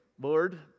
Lord